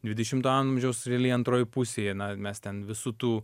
dvidešimto amžiaus reliai antroj pusėje na mes ten visų tų